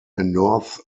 dakota